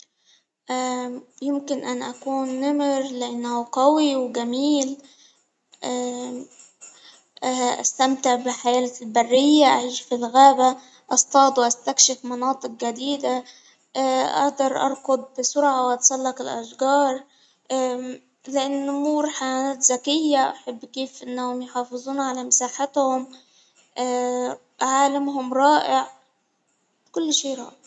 آ يمكن أن أكون نمر لإنه قوي وجميل، أستمتع بحالة البرية أعيش في الغابة أصطاد وأستكشف مناطق جديدة. أأدر أرقد بسرعة أتسلق الأشجار، طلع النمور حياة ذكية أحبك كيف في إنهم يحافظون على مساحتهم، عالمهم رائع، كل شيء رائع.